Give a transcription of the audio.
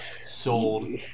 sold